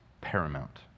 paramount